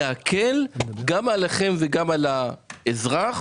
ולהקל גם עליכם וגם על האזרח,